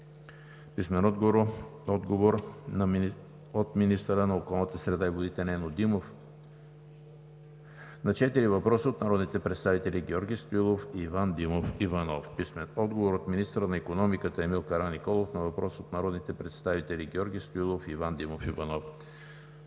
Мария Илиева; - министъра на околната среда и водите Нено Димов на четири въпроса от народните представители Георги Стоилов и Иван Димов Иванов; - министъра на икономиката Емил Караниколов на въпрос от народните представители Георги Стоилов и Иван Димов Иванов;